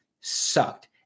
sucked